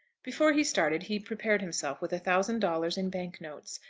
before he started he prepared himself with a thousand dollars in bank-notes,